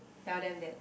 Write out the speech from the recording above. tell them that